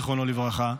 זיכרונו לברכה,